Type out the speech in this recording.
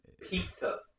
pizza